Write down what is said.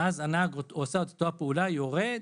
ואז הנהג עושה את אותה פעולה: יורד,